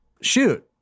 shoot